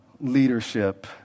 leadership